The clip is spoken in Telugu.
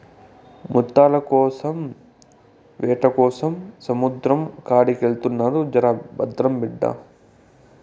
ముత్తాల వేటకోసం సముద్రం కాడికెళ్తున్నావు జర భద్రం బిడ్డా